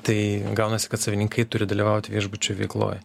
tai gaunasi kad savininkai turi dalyvauti viešbučio veikloj